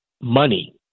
money